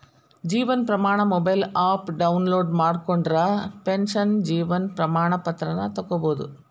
Jeevan Pramaan mobile app download ಮಾಡ್ಕೊಂಡ್ರ pension Jeevan Pramaan ಪತ್ರಾನ ತೊಕ್ಕೊಬೋದು